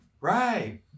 Right